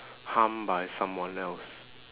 harmed by someone else